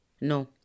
No